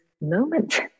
moment